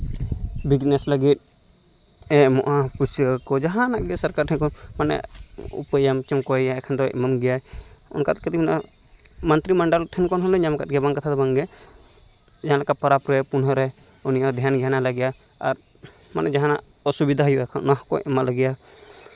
business ᱞᱟᱹᱜᱤᱫ ᱮ ᱮᱢᱚᱜᱼᱟ ᱯᱩᱭᱥᱟᱹ ᱠᱚ ᱡᱟᱦᱟᱱᱟᱜ ᱜᱮ ᱥᱚᱨᱠᱟᱨ ᱴᱷᱮᱱ ᱠᱷᱚᱱ ᱢᱟᱱᱮ ᱠᱚᱭᱮᱭᱟ ᱮᱱᱠᱷᱟᱱ ᱫᱚᱭ ᱮᱢᱟᱢ ᱜᱮᱭᱟᱭ ᱚᱱᱠᱟ ᱛᱮᱜᱮ ᱢᱮᱱᱟᱜᱼᱟ ᱢᱚᱱᱛᱨᱤ ᱢᱚᱱᱰᱚᱞ ᱴᱷᱮᱱ ᱠᱷᱚᱱ ᱦᱚᱸᱞᱮ ᱧᱟᱢ ᱠᱟᱜ ᱜᱮᱭᱟ ᱵᱟᱝ ᱠᱟᱛᱷᱟ ᱫᱚ ᱵᱟᱝᱜᱮ ᱡᱟᱦᱟᱸ ᱞᱮᱠᱟ ᱯᱚᱨᱚᱵᱽ ᱨᱮ ᱯᱩᱱᱦᱟᱹ ᱨᱮ ᱩᱱᱤ ᱦᱚᱸ ᱫᱷᱮᱱ ᱫᱷᱮᱭᱟᱱᱟᱞᱮ ᱜᱮᱭᱟ ᱟᱨ ᱢᱟᱱᱮ ᱡᱟᱦᱟᱱᱟᱜ ᱥᱩᱵᱤᱫᱷᱟ ᱦᱤᱡᱩᱜᱼᱟ ᱚᱱᱟ ᱦᱚᱸᱠᱚ ᱮᱢᱟᱞᱮ ᱜᱮᱭᱟ